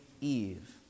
Eve